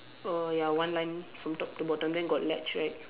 err ya one line from top to bottom then got ledge right